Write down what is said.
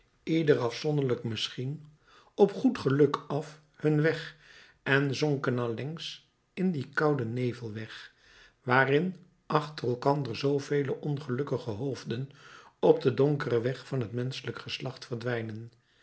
ieder afzonderlijk misschien op goed geluk af hun weg en zonken allengs in dien kouden nevelweg waarin achter elkander zoovele ongelukkige hoofden op den donkeren weg van het menschelijk geslacht verdwijnen